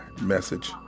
message